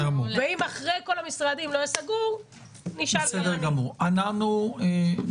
ואם אחרי כל המשרדים לא יהיה סגור, גם אני אשאל.